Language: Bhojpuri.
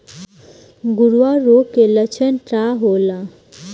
खुरहा रोग के लक्षण का होला?